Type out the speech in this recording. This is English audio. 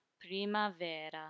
primavera